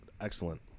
excellent